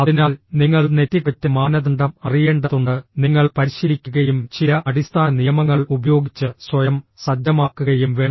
അതിനാൽ നിങ്ങൾ നെറ്റിക്വെറ്റ് മാനദണ്ഡം അറിയേണ്ടതുണ്ട് നിങ്ങൾ പരിശീലിക്കുകയും ചില അടിസ്ഥാന നിയമങ്ങൾ ഉപയോഗിച്ച് സ്വയം സജ്ജമാക്കുകയും വേണം